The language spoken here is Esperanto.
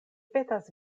petas